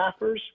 staffers